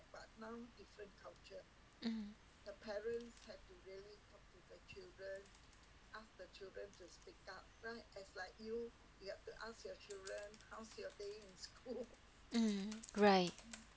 mm mm right